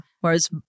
Whereas